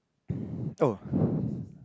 oh